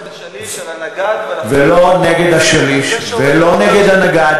ולא נגד השליש, הנגד,